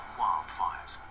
wildfires